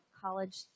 college